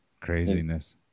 Craziness